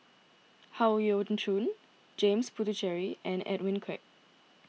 Howe Yoon Chong James Puthucheary and Edwin Koek